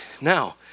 Now